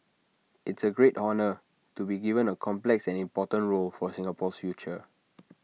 it's A great honour to be given A complex and important role for Singapore's future